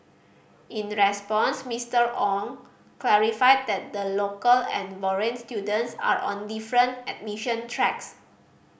in response Mister Wong clarified that the local and foreign students are on different admission tracks